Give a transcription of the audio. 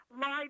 lied